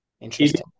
Interesting